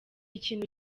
ikintu